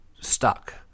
stuck